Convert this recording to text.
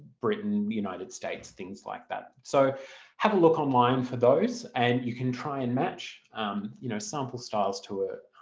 britain, united states, things things like that so have a look online for those and you can try and match um you know sample styles to